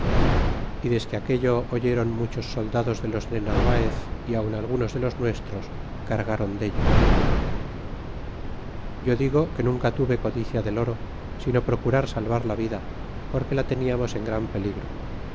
y desque aquello oyóron muchos soldados de los de narvaez y aun algunos de los nuestros cargron dello yo digo que nunca tuve codicia del oro sino procurar salvar la vida porque la teníamos en gran peligro